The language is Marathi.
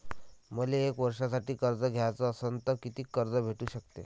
मले एक वर्षासाठी कर्ज घ्याचं असनं त कितीक कर्ज भेटू शकते?